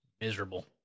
miserable